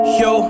yo